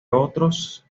otros